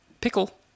pickle